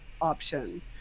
option